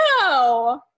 No